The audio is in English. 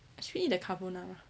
should we eat the carbonara